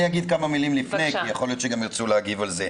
אני אגיד כמה מילים לפני כי יכול להיות שאולי ירצו גם להגיב על זה: